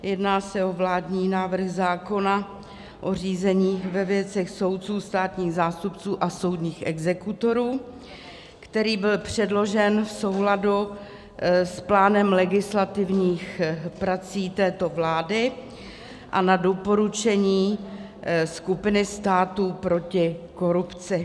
Jedná se o vládní návrh zákona o řízení ve věcech soudců, státních zástupců a soudních exekutorů, který byl předložen v souladu s plánem legislativních prací této vlády a na doporučení skupiny států proti korupci.